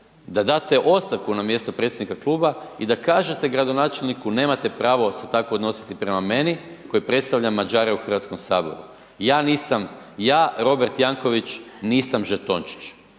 da date ostavku na mjestu predsjednik kluba i da kažete gradonačelniku nemate pravo se tako odnositi prema meni koji predstavljam Mađare u Hrvatskom saboru. Ja nisam ja, Robert Jankovics nisam žetončić.